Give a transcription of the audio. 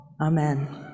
Amen